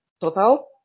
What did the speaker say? total